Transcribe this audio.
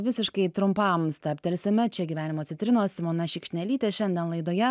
visiškai trumpam stabtelsime čia gyvenimo citrinos simona šikšnelytė šiandien laidoje